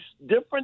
different